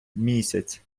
місяць